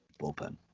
bullpen